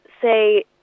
say